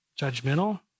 judgmental